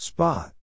Spot